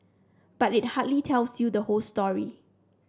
but it hardly tells you the whole story